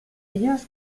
ellos